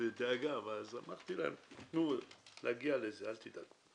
אז אמרתי להם: נגיע לזה, אל תדאגו.